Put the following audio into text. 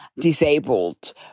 disabled